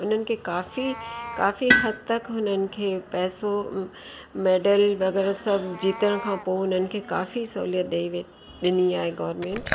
उन्हनि खे काफ़ी काफ़ी हद तक हुननि खे पैसो मेडल वग़ैरह सभु जीतण खां पोइ हुननि खे काफ़ी सहुलियत ॾे ॾिनी आहे गॉर्मेंट